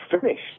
finished